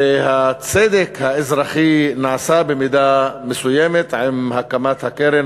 והצדק האזרחי נעשה במידה מסוימת עם הקמת הקרן